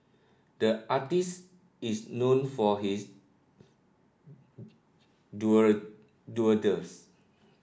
the artist is known for his doodles